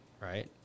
right